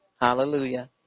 hallelujah